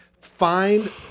Find